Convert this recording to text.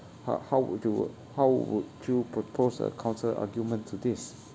how how would you how would you propose a counter argument to this